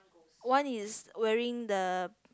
one is wearing the